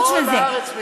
כל הארץ מדגם.